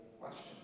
question